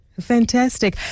Fantastic